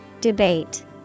Debate